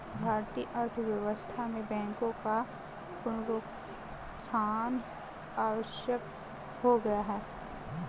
भारतीय अर्थव्यवस्था में बैंकों का पुनरुत्थान आवश्यक हो गया है